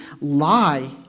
lie